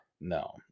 No